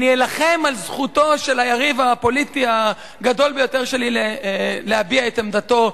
אני אלחם על זכותו של היריב הפוליטי הגדול ביותר שלי להביע את עמדתו,